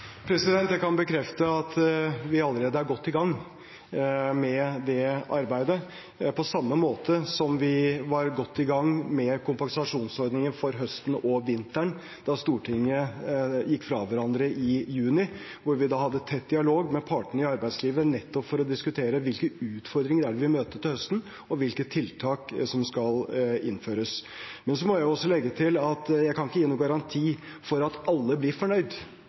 Jeg kan bekrefte at vi allerede er godt i gang med det arbeidet, på samme måte som vi var godt i gang med kompensasjonsordningen for høsten og vinteren da Stortinget gikk fra hverandre i juni, da vi hadde tett dialog med partene i arbeidslivet, nettopp for å diskutere hvilke utfordringer vi ville møte til høsten, og hvilke tiltak som skulle innføres. Så må jeg jo også legge til at jeg ikke kan gi noen garanti for at alle blir fornøyd.